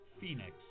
Phoenix